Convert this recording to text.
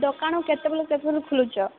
ଦୋକାଣ କେତେବେଲୁ କେତେବେଲ ଖୋଲୁଛ